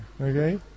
Okay